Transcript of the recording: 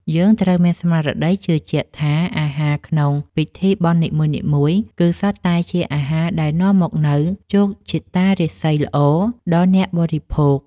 យើងត្រូវមានស្មារតីជឿជាក់ថាអាហារក្នុងពិធីបុណ្យនីមួយៗ គឺសុទ្ធតែជាអាហារដែលនាំមកនូវជោគជតារាសីល្អដល់អ្នកបរិភោគ។